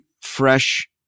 fresh